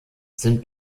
sind